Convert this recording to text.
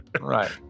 Right